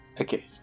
Okay